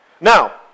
Now